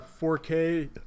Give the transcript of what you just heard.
4K